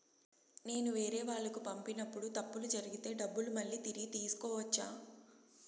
నేను వేరేవాళ్లకు పంపినప్పుడు తప్పులు జరిగితే డబ్బులు మళ్ళీ తిరిగి తీసుకోవచ్చా?